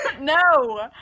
no